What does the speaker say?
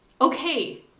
okay